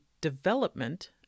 development